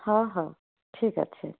ହଁ ହଉ ଠିକ୍ ଅଛି